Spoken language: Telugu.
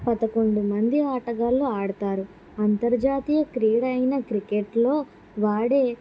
పదకొండు మంది ఆటగాళ్లు ఆడతారు అంతర్జాతీయ క్రీడైన క్రికెట్లో వాడే